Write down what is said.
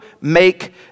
make